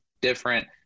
different